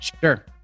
Sure